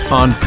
on